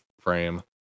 frame